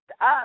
up